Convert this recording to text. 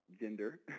gender